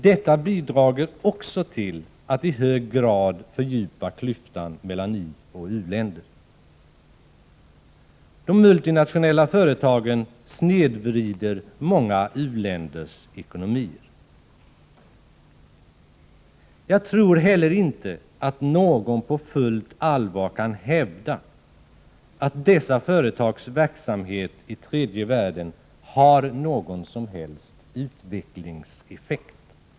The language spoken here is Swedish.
Detta bidrar också till att i hög grad fördjupa klyftan mellan ioch u-länder. De multinationella företagen snedvrider många u-länders ekonomier. Jag tror heller inte att någon på fullt allvar kan hävda att dessa företags verksamhet i tredje världen har någon som helst utvecklingseffekt.